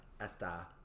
esta